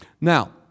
Now